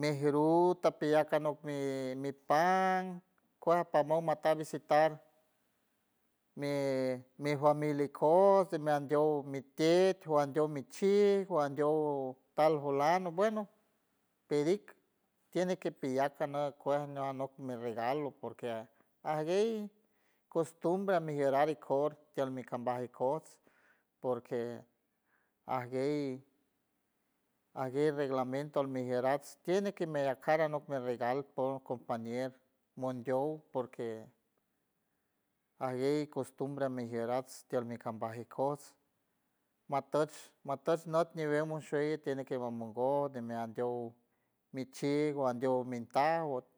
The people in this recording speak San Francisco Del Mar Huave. mijieruw tapiyac anok mi- mi pan cuej ajpamon ata visitar mi familia ikojts mean diow, mi tet, juandiow mi chij, juandiow tal fulado bueno pedik tiene que piyac anock kuej anok mi regalo porque ajguey costumbre a mi jierar ikor tiel mi kambaj ikojts porque ajguey ajguey reglamento almijierar tiene que meyac car anok regalo por compañero mondiow porque ajguey costumbre almajiera tiel mi kambaj ikojts matuch matuch nüt ñiwew mashuey tiene que amongoch de mean diow mi chij o andiow mi taw.